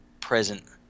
present